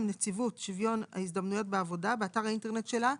נציבות שוויון ההזדמנויות בעבודה באתר האינטרנט שלה,